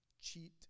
cheat